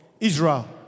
Israel